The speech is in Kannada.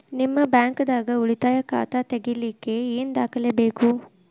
ನಿಮ್ಮ ಬ್ಯಾಂಕ್ ದಾಗ್ ಉಳಿತಾಯ ಖಾತಾ ತೆಗಿಲಿಕ್ಕೆ ಏನ್ ದಾಖಲೆ ಬೇಕು?